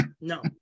No